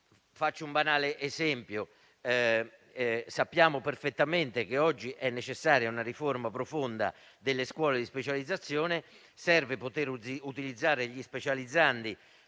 Faccio un banale esempio: sappiamo perfettamente che oggi è necessaria una riforma profonda delle scuole di specializzazione e serve poter utilizzare gli specializzandi